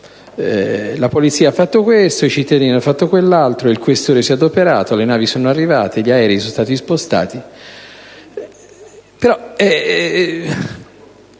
la Polizia ha fatto questo, i cittadini quell'altro, il questore si è adoperato, le navi sono arrivate, gli aerei sono stati spostati,